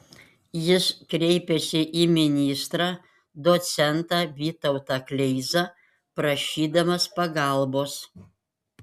jis kreipėsi į ministrą docentą vytautą kleizą prašydamas pagalbos